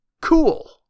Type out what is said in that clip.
cool